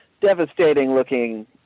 devastating-looking